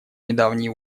недавние